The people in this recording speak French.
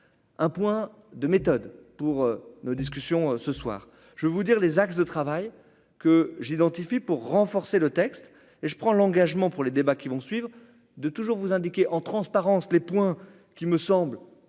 un point de méthode pour nos discussions ce soir je vous dire les axes de travail que j'identifie pour renforcer le texte et je prends l'engagement pour les débats qui vont suivre, de toujours vous indiquer en transparence les points qui me semble